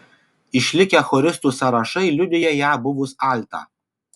išlikę choristų sąrašai liudija ją buvus altą